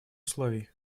условий